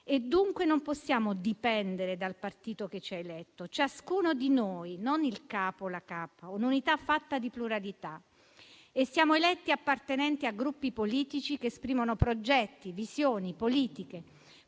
Paese. Non possiamo dipendere dunque dal partito che ci ha eletto; ciascuno di noi, non il capo o la capa, è un'unità fatta di pluralità e siamo eletti appartenenti a gruppi politici che esprimono progetti, visioni e politiche;